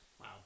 Wow